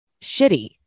shitty